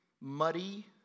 muddy